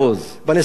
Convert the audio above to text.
בנסיבות האלה.